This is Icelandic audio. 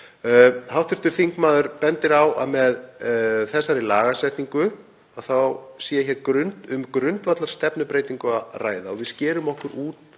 Hv. þingmaður bendir á að með þessari lagasetningu sé um grundvallarstefnubreytingu að ræða og að við skerum okkur úr